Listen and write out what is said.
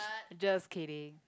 just kidding